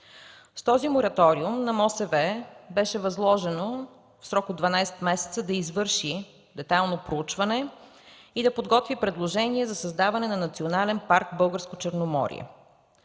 и водите (МОСВ) беше възложено в срок от 12 месеца да извърши детайлно проучване и да подготви предложение за създаване на Национален парк „Българско Черноморие”.